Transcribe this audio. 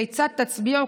כיצד תצביעו,